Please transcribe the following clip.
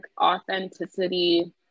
authenticity